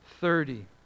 thirty